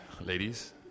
ladies